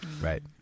Right